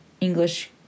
English